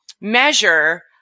measure